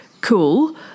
cool